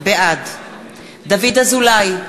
בעד דוד אזולאי,